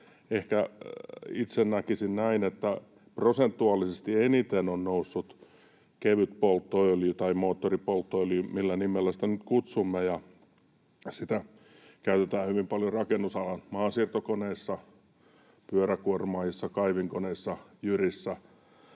Ehkä itse näkisin, että prosentuaalisesti eniten on noussut kevyt polttoöljy tai moottoripolttoöljy, millä nimellä sitä nyt kutsumme, ja sitä käytetään hyvin paljon rakennusalan maansiirtokoneissa, pyöräkuormaajissa, kaivinkoneissa, jyrissä,